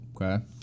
okay